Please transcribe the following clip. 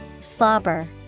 Slobber